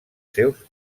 seus